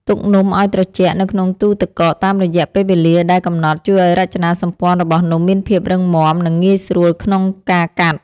ទុកនំឱ្យត្រជាក់នៅក្នុងទូទឹកកកតាមរយៈពេលវេលាដែលកំណត់ជួយឱ្យរចនាសម្ព័ន្ធរបស់នំមានភាពរឹងមាំ និងងាយស្រួលក្នុងការកាត់។